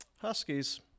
Huskies